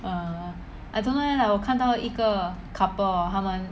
err I don't know leh 我看到一个 couple hor 他们